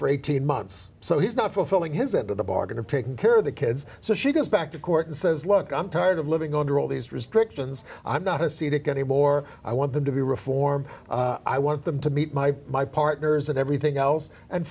for eighteen months so he's not fulfilling his end of the bargain of taking care of the kids so she goes back to court and says look i'm tired of living under all these restrictions i'm not to see that anymore i want them to be reformed i want them to meet my my partner's and everything else and